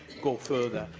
go further.